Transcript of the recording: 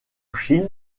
chine